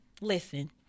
listen